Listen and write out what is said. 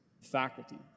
faculty